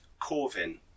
Corvin